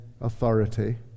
authority